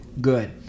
Good